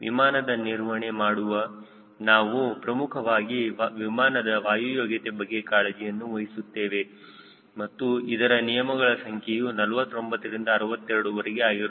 ವಿಮಾನದ ನಿರ್ವಹಣೆ ಮಾಡುವ ನಾವು ಪ್ರಮುಖವಾಗಿ ವಿಮಾನದ ವಾಯು ಯೋಗ್ಯತೆಯ ಬಗ್ಗೆ ಕಾಳಜಿಯನ್ನು ವಹಿಸುತ್ತೇವೆ ಮತ್ತು ಅದರ ನಿಯಮಗಳ ಸಂಖ್ಯೆಯು 49 ರಿಂದ 62 ವರೆಗೂ ಆಗಿರುತ್ತದೆ